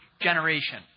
generation